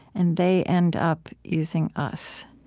and they end up using us.